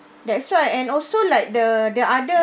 that's why and also like the the other